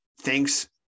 thanks